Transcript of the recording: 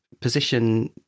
position